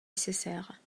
nécessaires